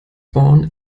born